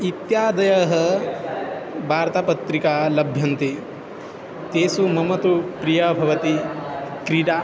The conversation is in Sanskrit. इत्यादयः वार्तापत्रिकाः लभन्ते तासु मम तु प्रिया भवति क्रीडा